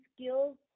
skills